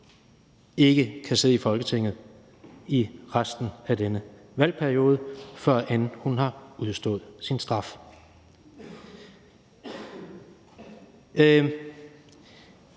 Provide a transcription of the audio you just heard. ikke kan sidde i Folketinget i resten af denne valgperiode, førend hun har udstået sin straf.